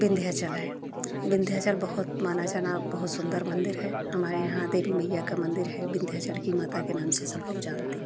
विंध्याचल है विंध्याचल बहुत माना जाना बहुत सुंदर मंदिर है हमारे यहाँ देवी मैया का मंदिर है विंध्याचल की माता के नाम से सब लोग जानते हैं